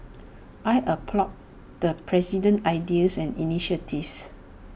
I applaud the president's ideas and initiatives